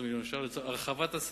415 מיליון שקל לצורך הרחבת הסל.